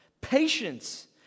Patience